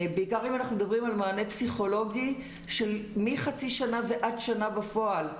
בעיקר אם אנחנו מדברים על מענה פסיכולוגי של מחצי שנה ועד שנה בפועל.